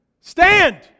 stand